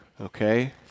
okay